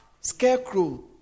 Scarecrow